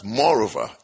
moreover